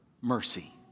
mercy